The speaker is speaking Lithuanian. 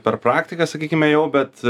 per praktiką sakykime jau bet